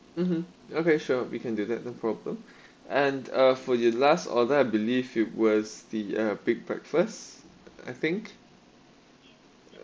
mmhmm okay sure we can do that no problem and uh for your last order I believe it was the uh breakfast I think